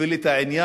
תוביל את העניין.